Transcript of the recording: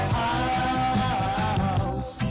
house